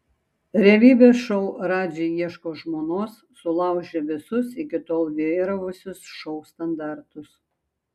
realybės šou radži ieško žmonos sulaužė visus iki tol vyravusius šou standartus